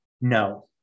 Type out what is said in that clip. no